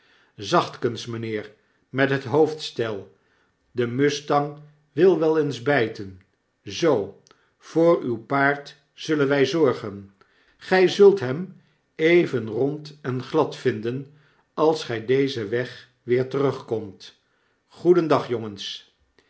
mynheer met het hoofdstel de mustang wil wel eens bijten zoo voor uw paard zullen wij zorgen gij zult hem even rond en glad vinden als gy dezen weg weer terugkomt goedendag